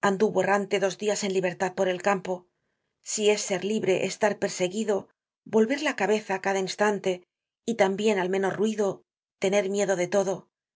anduvo errante dos dias en libertad por el campo si es ser libre estar perseguido volver la cabeza á cada instante y tambien al menor ruido tener miedo de todo